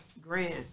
grand